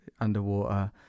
underwater